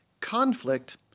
conflict